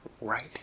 right